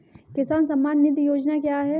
किसान सम्मान निधि योजना क्या है?